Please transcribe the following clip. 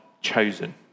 chosen